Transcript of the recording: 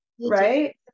Right